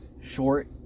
short